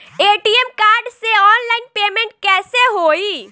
ATM card से online payment कैसे होई?